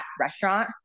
restaurant